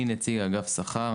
אני נציג אגף שכר.